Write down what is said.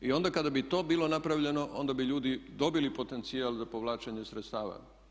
I onda kada bi to bilo napravljeno onda bi ljudi dobili potencijal za povlačenje sredstava.